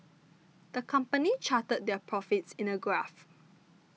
the company charted their profits in a graph